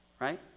Right